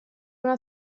una